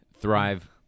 Thrive